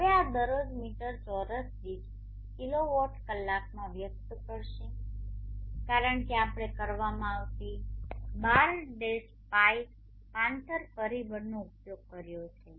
હવે આ દરરોજ મીટર ચોરસ દીઠ કિલોવોટ કલાકમાં વ્યક્ત કરશે કારણ કે આપણે કરવામાં આવતી 12 π પાંતર પરિબળનો ઉપયોગ કર્યો છે